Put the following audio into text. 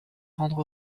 rendre